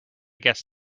guess